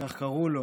כך קראו לו